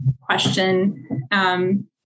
question